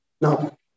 Now